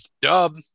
Dub